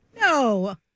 No